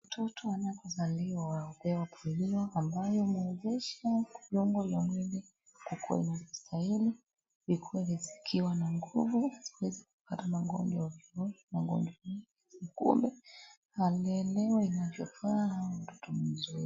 Mtoto anapozaliwa anapewa polio, ambayo anawezesha viungo ya mwili kukua inavyostahili. Vikuwe vikiwa na nguvu, asiweze kupata magonjwa ovyo ovyo. Magonjwa mingi kule, alelewe inavyofaa na awe mtoto mzuri.